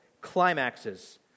climaxes